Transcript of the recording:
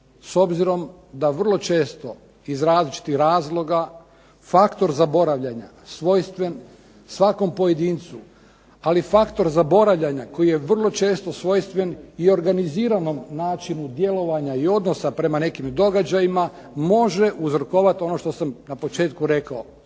S obzirom da vrlo često iz različitih razdoblja faktor zaboravljanja svojstven svakom pojedincu, ali faktor zaboravljanja koji je vrlo često svojstven i organiziranom načinu djelovanja i odnosa prema nekim događajima može uzrokovati ono što sam na početku rekao.